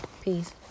Peace